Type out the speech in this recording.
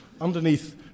underneath